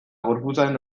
gorputzaren